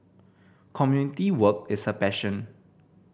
community work is her passion